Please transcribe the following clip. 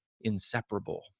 inseparable